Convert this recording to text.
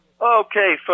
Okay